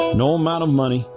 no amount of money,